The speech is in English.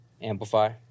amplify